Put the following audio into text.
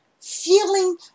feeling